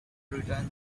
return